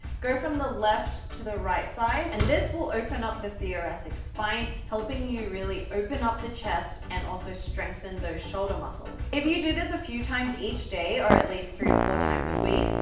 go from the left to the right side, and this will open up the theoretics spine, helping you really open up the chest, and also strengthen those shoulder muscles, if you do this a few times each day or at least three or four times a week,